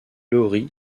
laurie